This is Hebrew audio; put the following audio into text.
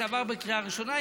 זה עבר בקריאה הראשונה,